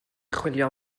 chwilio